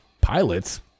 pilots